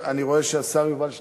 ראשונת הדוברים,